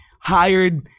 Hired